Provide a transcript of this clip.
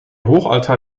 hochaltar